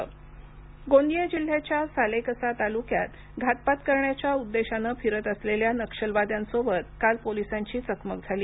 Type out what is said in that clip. गोंदिया गोंदिया जिल्ह्याच्या सालेकसा तालुक्यात घातपात करण्याच्या उद्देशाने फिरत असलेल्या नक्षलवाद्यांसोबत काल पोलिसांची चकमक झाली